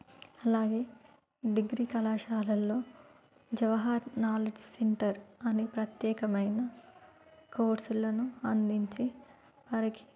అలాగే డిగ్రీ కళాశాలల్లో Jawahar knowledge centre అనే ప్రత్యేకమైన కోర్సులను అందించి వారికి